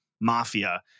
mafia